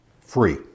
Free